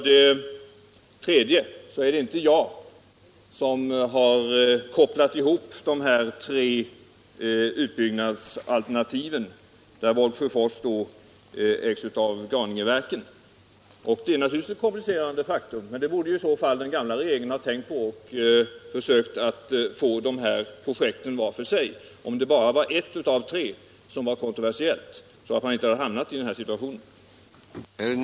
Det är inte jag som har kopplat ihop dessa tre utbyggnadsalternativ, där Volgsjöfors ägs av Graningeverken. Det är naturligtvis ett komplicerande faktum. Men om bara ett av tre projekt var kontroversiellt, borde i så fall den gamla regeringen ha tänkt på detta och försökt genomföra projekten var för sig så att man inte hamnat i denna situation.